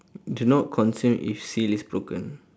do not consume if seal is broken